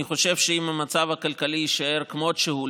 אני חושב שאם המצב הכלכלי יישאר כמות שהוא,